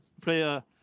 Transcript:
Player